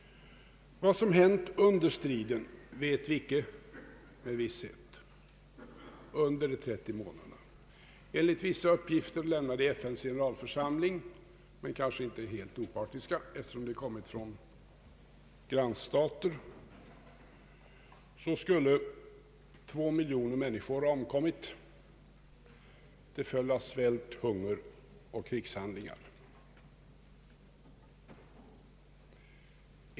Vad som hänt under de 30 månadernas strid vet vi inte med visshet. Enligt vissa uppgifter, lämnade i FN:s generalförsamling — men kanske inte helt opartiska eftersom de lämnats från grannstater — skulle två miljoner människor ha omkommit till följd av svält, hunger och krigshandlingar.